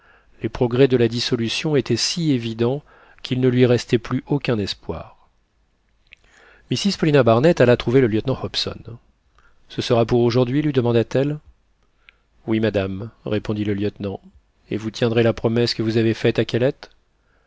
les progrès de la dissolution étaient si évidents qu'il ne lui restait plus aucun espoir mrs paulina barnett alla trouver le lieutenant hobson ce sera pour aujourd'hui lui demanda-t-elle oui madame répondit le lieutenant et vous tiendrez la promesse que vous avez faite à kellet